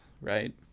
right